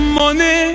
money